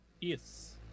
Yes